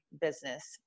business